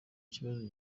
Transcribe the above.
kibazo